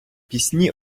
пісні